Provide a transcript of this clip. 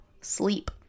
sleep